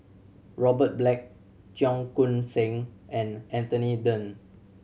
Robert Black Cheong Koon Seng and Anthony Then